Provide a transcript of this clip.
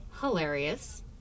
hilarious